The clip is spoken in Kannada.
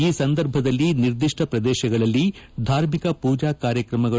ಈ ಸಂದರ್ಭದಲ್ಲಿ ನಿರ್ದಿಷ್ವ ಪ್ರದೇಶಗಳಲ್ಲಿ ಧಾರ್ಮಿಕ ಪೂಜಾ ಕಾರ್ಯಕ್ರಮಗಳು